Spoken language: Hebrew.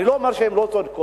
אני לא אומר שהן לא צודקות.